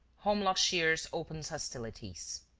holmlock shears opens hostilities